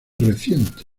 reciente